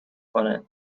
کنه